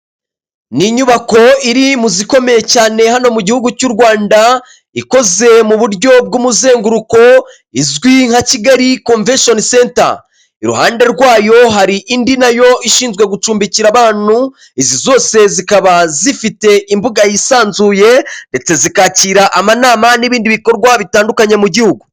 Ni inyubako iri mu zikomeye cyane hano mu gihugu cy'u Rwanda, ikoze mu buryo bw'umuzenguruko, izwi nka Kigali Komveshoni Senta. Iruhande rwayo hari indi na yo ishinzwe gucumbikira abantu, izi zose zikaba zifite imbuga yisanzuye, ndetse zikakira amanama n'ibindi bikorwa bitandukanye mu gihugu.